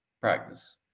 practice